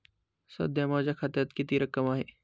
सध्या माझ्या खात्यात किती रक्कम आहे?